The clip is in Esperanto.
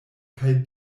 kaj